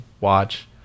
watch